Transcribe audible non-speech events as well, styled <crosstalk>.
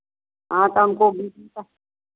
हाँ तो हमको <unintelligible>